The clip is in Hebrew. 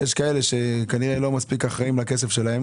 יש כאלה שכנראה לא מספיק אחראים לכסף שלהם